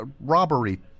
robbery